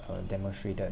uh demonstrated